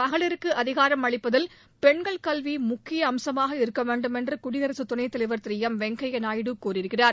மகளிருக்கு அதிகாரம் அளிப்பதில் பெண்கள் கல்வி முக்கிய அம்சமாக இருக்க வேண்டும் என்று குயடிரசு துணைத் தலைவா் திரு எம் வெங்கய்யா நாயுடு கூறியிருக்கிறார்